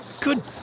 Good